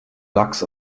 lachs